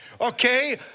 okay